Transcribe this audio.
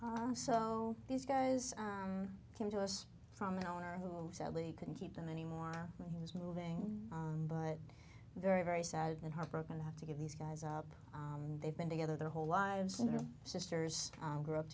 them so these guys came to us from an owner who sadly couldn't keep them any more when he was moving but very very sad and heartbroken to have to give these guys up they've been together their whole lives and their sisters grew up